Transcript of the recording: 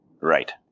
Right